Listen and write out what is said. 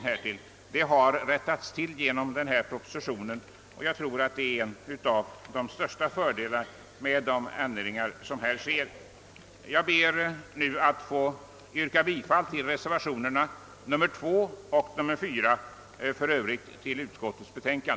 Detta missförhållande har rättats till genom denna proposition, och jag tror att detta är en av de största fördelarna när det gäller dessa ändringar. Jag ber att få yrka bifall till reservationerna nr 2 och nr 4 och för övrigt till utskottets hemställan.